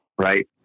right